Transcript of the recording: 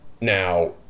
Now